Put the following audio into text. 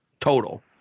total